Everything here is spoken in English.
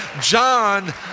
John